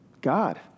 God